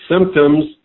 symptoms